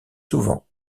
souvent